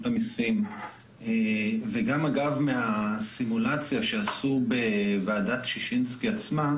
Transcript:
המיסים וגם אגב מהסימולציה שעשו בוועדת שישינסקי עצמה,